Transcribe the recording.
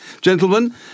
Gentlemen